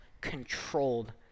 controlled